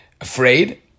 afraid